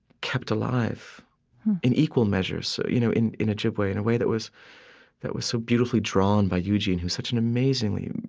kept alive in equal measure, so you know, in in ojibwe in a way that was that was so beautifully drawn by eugene, who's such an amazing,